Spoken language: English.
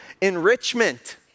enrichment